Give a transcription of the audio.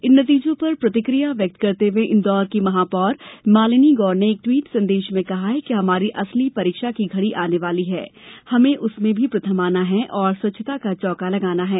इन नतीजों पर प्रतिक्रिया व्यक्त करते हुये इंदौर की महापौर मालिनी गौड़ ने एक ट्वीट संदेश में कहा कि हमारी असली परीक्षा की घड़ी आने वाली हैं हमें उसमें भी प्रथम आना है और स्वच्छता का चौका लगाना है